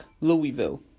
Louisville